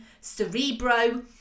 Cerebro